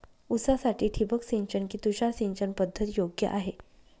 ऊसासाठी ठिबक सिंचन कि तुषार सिंचन पद्धत योग्य आहे?